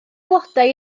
flodau